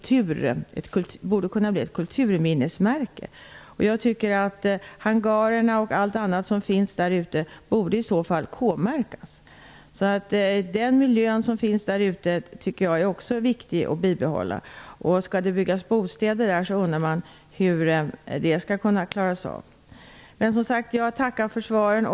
Bromma borde då kunna bli ett kulturminnesmärke. Hangarerna och allt annat som finns där ute borde k-märkas. Det är också viktigt att bibehålla den miljö som finns där ute. Om det skall byggas bostäder undrar jag hur man skall kunna klara av detta. Som sagt: jag tackar för svaren!